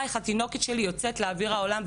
איך התינוקת שלי יוצאת לאוויר העולם,